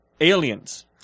Aliens